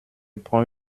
prends